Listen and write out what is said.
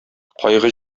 кайгы